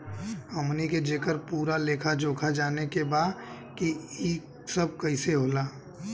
हमनी के जेकर पूरा लेखा जोखा जाने के बा की ई सब कैसे होला?